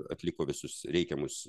atliko visus reikiamus